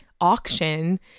auction